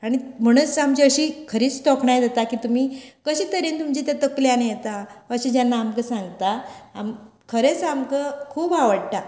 आनी म्हणूच आमची अशीं खरींच तोखणाय जाता की तुमी कशें तरेन तें तुमचे तकल्यान येता अशें जेन्ना आमकां सांगता खरेंच आमकां खूब आवडटा